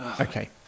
Okay